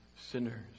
sinners